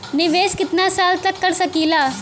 निवेश कितना साल तक कर सकीला?